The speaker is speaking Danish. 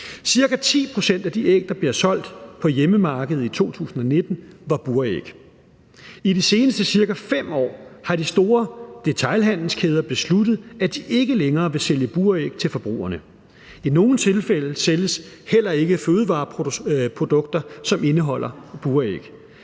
Ca. 10 pct. af de æg, der blev solgt på hjemmemarkedet i 2019, var buræg. I de seneste ca. 5 år har de store detailhandelskæder besluttet, at de ikke længere vil sælge buræg til forbrugerne. I nogle tilfælde sælges heller ikke fødevareprodukter, som indeholder buræg.